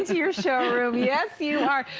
your showroom, yes you are!